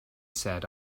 said